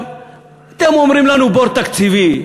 אתם אומרים לנו: בור תקציבי,